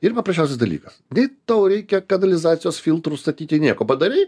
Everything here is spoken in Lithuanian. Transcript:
yra paprasčiausias dalykas nei tau reikia kanalizacijos filtrų statyti nieko padarei